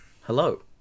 Hello